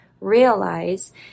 realize